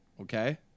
okay